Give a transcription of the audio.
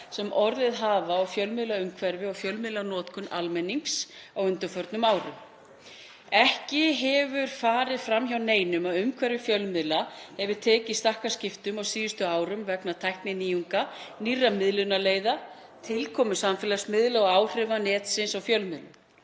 sem orðið hafa á fjölmiðlaumhverfi og fjölmiðlanotkun almennings á undanförnum árum. Ekki hefur farið fram hjá neinum að umhverfi fjölmiðla hefur tekið stakkaskiptum á síðustu árum vegna tækninýjunga, nýrra miðlunarleiða, tilkomu samfélagsmiðla og áhrifa netsins á fjölmiðlun.